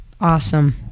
Awesome